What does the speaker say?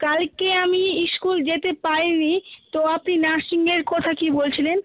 কালকে আমি স্কুল যেতে পারি নি তো আপনি নার্সিংয়ের কথা কি বলছিলেন